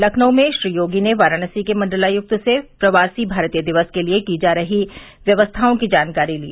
लखनऊ में श्री योगी ने वाराणसी के मंडलायुक्त से प्रवासी भारतीय दिवस के लिये की जा रही व्यवस्थाओं की जानकारी ली